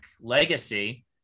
Legacy